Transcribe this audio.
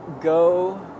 go